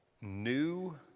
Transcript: new